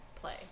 play